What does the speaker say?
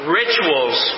rituals